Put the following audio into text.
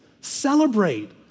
Celebrate